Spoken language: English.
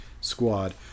squad